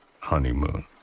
honeymoon